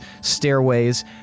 stairways